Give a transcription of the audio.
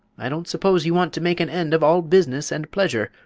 i don't suppose you want to make an end of all business and pleasure,